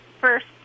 first